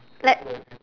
let